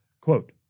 quote